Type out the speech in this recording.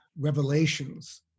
revelations